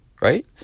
right